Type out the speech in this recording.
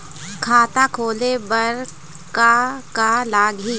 खाता खोले बर का का लगही?